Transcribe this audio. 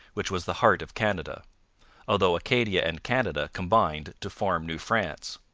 which was the heart of canada although acadia and canada combined to form new france.